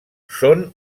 són